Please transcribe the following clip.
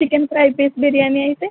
chicken fry piece biryani అయితే